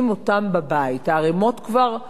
הערימות כבר הולכות וגבוהות,